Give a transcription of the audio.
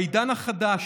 בעידן החדש,